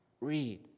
Read